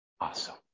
awesome